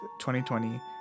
2020